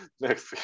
next